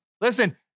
Listen